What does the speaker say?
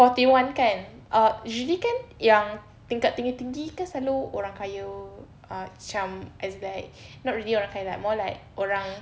forty one kan uh usually kan yang tingkat tinggi tinggi kan selalu orang kaya uh cam as in like not really orang kaya more like orang